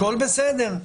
הכול בסדר.